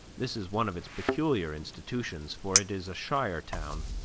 this is one of its peculiar institutions for it is a shire town.